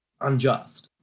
unjust